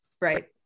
right